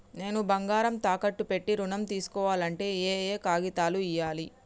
నేను బంగారం తాకట్టు పెట్టి ఋణం తీస్కోవాలంటే ఏయే కాగితాలు ఇయ్యాలి?